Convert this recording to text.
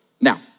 Now